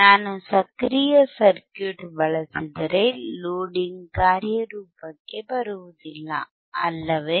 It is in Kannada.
ನಾನು ಸಕ್ರಿಯ ಸರ್ಕ್ಯೂಟ್ ಬಳಸಿದರೆ ಲೋಡಿಂಗ್ ಕಾರ್ಯರೂಪಕ್ಕೆ ಬರುವುದಿಲ್ಲ ಅಲ್ಲವೇ